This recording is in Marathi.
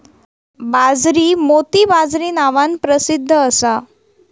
बाजरी मोती बाजरी नावान प्रसिध्द असा